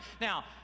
Now